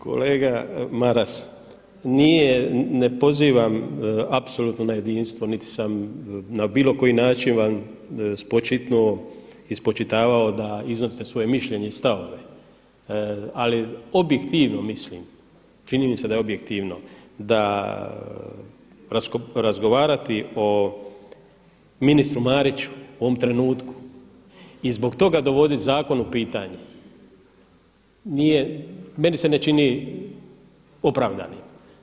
Kolega Maras, ne pozivam apsolutno na jedinstvo, niti sam na bilo koji način vam spočitnuo i spočitavao da iznosite svoje mišljenje i stavove, ali objektivno mislim, čini mi se da je objektivno da razgovarati o ministru Mariću u ovom trenutku i zbog toga dovoditi zakon u pitanje nije, meni se ne čini opravdanim.